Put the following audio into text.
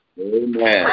Amen